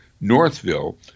Northville